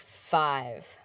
five